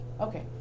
Okay